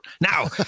Now